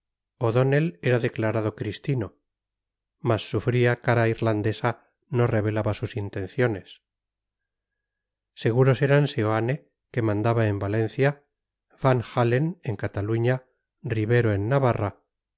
o'donnell era declarado cristino mas su fría cara irlandesa no revelaba sus intenciones seguros eran seoane que mandaba en valencia van-halen en cataluña ribero en navarra